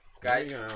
Guys